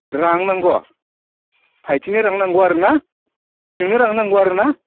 रां नांगौ भाइतिनो रां नांगौ आरो ना नोंनो रां नांगौ आरो ना